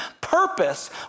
purpose